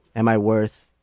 am i worth.